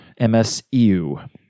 MSU